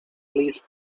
least